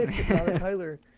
Tyler